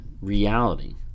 reality